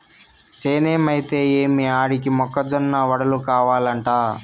చేనేమైతే ఏమి ఆడికి మొక్క జొన్న వడలు కావలంట